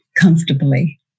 comfortably